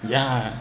yeah